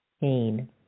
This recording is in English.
pain